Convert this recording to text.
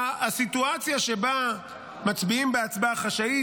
הסיטואציה שבה מצביעים בהצבעה חשאית,